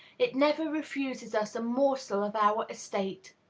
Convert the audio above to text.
it never refuses us a morsel of our estate.